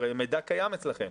הרי המידע קיים אצלכם,